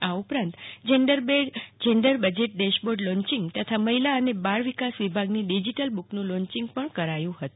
આ ઉપરાંત gender budget dashboard launching તથા મહિલા અને બાળ વિકાસ વિભાગની ડીજીટલ બુકનું લોન્ચિંગ પણ કરાયું હતું